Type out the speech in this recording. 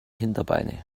hinterbeine